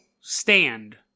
stand